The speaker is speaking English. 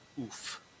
oof